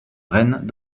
rennes